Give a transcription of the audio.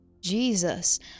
Jesus